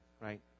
right